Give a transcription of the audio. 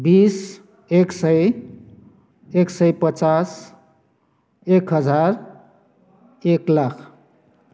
बिस एक सय एक सय पचास एक हजार एक लाख